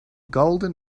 golden